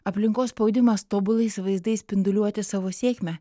aplinkos spaudimas tobulais vaizdais spinduliuoti savo sėkmę